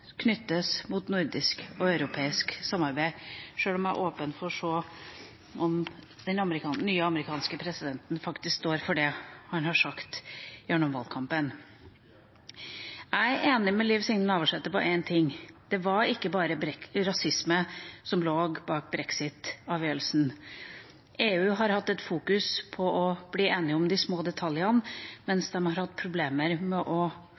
knyttes til nordisk og europeisk samarbeid – sjøl om jeg er åpen for å se om den nye amerikanske presidenten faktisk står for det han har sagt gjennom valgkampen. Jeg er enig med Liv Signe Navarsete i én ting: Det var ikke bare rasisme som lå bak brexit-avgjørelsen. EU har vært opptatt av å bli enige om de små detaljene, mens de har hatt problemer med å